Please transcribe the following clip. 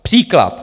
Příklad.